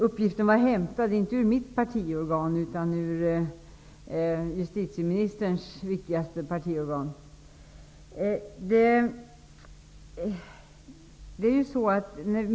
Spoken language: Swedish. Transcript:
Uppgiften var hämtad, inte ur mitt partiorgan utan ur justitieministerns viktigaste partiorgan.